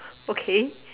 okay